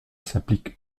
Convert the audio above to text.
s’applique